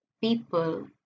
people